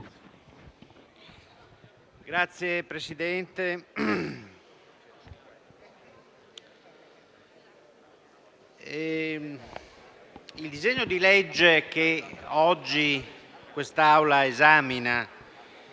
il disegno di legge che oggi quest'Assemblea esamina